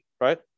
right